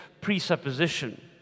presupposition